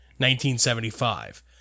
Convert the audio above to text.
1975